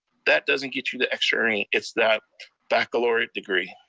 that doesn't get you the extra earning, it's that baccalaureate degree,